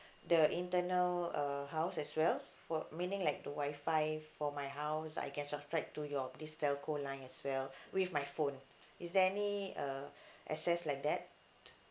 the internal err house as well for meaning like the wi fi for my house I can subscribe to your this telco line as well with my phone is there any uh access like that